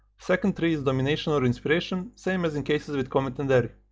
second tree is domination or inspiration, same as in cases with comet and aery.